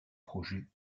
projets